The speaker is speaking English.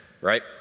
right